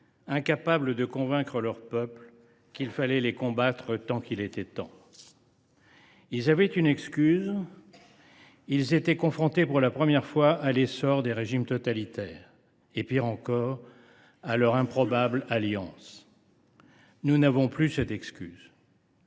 incapables de convaincre leur peuple qu’il fallait les combattre tant qu’il était encore temps. Ils avaient une excuse : ils étaient confrontés pour la première fois à l’essor des régimes totalitaires, pire encore, à leur improbable alliance. Nous n’avons plus cette excuse.